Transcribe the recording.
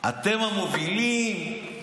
אתם המובילים.